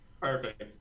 Perfect